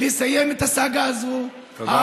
לסיים את הסאגה הזאת, תודה רבה.